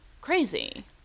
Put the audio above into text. crazy